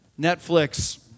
Netflix